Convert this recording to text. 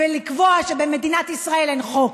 ולקבוע שבמדינת ישראל אין חוק.